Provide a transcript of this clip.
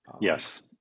Yes